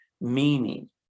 meaning